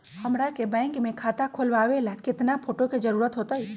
हमरा के बैंक में खाता खोलबाबे ला केतना फोटो के जरूरत होतई?